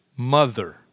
mother